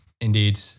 Indeed